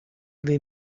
they